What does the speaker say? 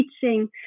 teaching